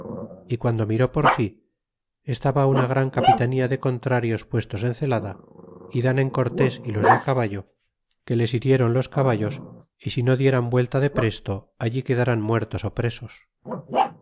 y guando miró por sí estaba una gran capitanía de contrarios puestos en celada y dan en cortés y los de caballo que les hiriéron los caballos y si no dieran vuelta de presto allí quedaran muertos presos